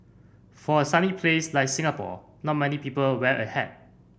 for a sunny place like Singapore not many people wear a hat